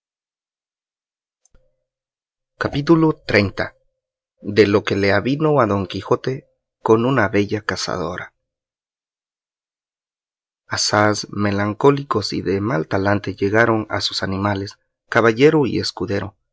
capítulo xxx de lo que le avino a don quijote con una bella cazadora asaz melancólicos y de mal talante llegaron a sus animales caballero y escudero